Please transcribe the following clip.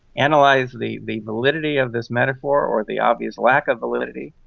and like the the validity of this metaphor or the obvious lack of validity,